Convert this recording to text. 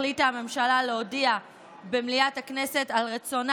החליטה הממשלה להודיע במליאת הכנסת על רצונה